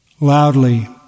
loudly